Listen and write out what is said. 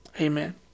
Amen